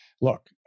look